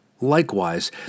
Likewise